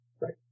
Right